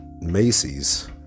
Macy's